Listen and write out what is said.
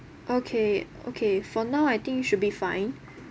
okay okay for now I think should be fine